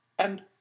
And